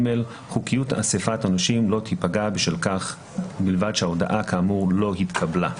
חוקיות אסיפת הנושים לא תיפגע בשל כך שהודעה כאמור לא התקבלה.